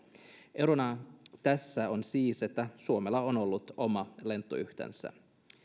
erona tässä on siis se että suomella on ollut oma lentoyhtiönsä